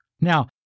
Now